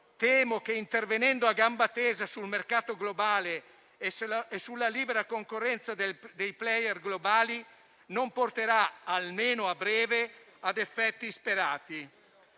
temo che, intervenendo a gamba tesa sul mercato globale e sulla libera concorrenza dei *player* globali, non porterà, almeno a breve, agli effetti sperati.